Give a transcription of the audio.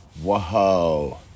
whoa